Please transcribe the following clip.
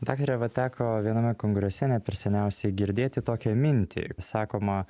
daktare va teko viename kongrese ne per seniausiai girdėti tokią mintį sakoma